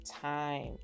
time